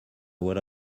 will